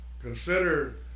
Consider